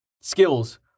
Skills